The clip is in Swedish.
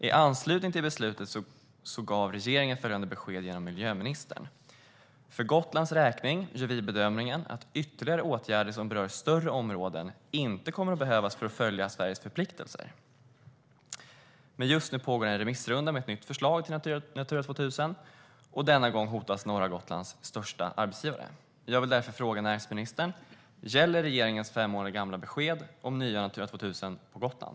I anslutning till beslutet gav regeringen följande besked genom miljöministern: För Gotlands räkning gör vi bedömningen att ytterligare åtgärder som berör större områden inte kommer att behövas för att följa Sveriges förpliktelser. Men just nu pågår en remissrunda med ett nytt förslag till Natura 2000, och denna gång hotas norra Gotlands största arbetsgivare. Jag vill därför fråga näringsministern: Gäller regeringens fem månader gamla besked om nya Natura 2000-områden på Gotland?